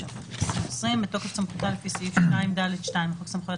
התש"ף-2020 בתוקף סמכותה לפי סעיף 2(ד)(2) לחוק סמכויות